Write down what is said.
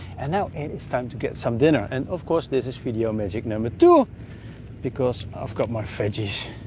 and now it's time to get some dinner and of course this is video magic number two because i've got my veggies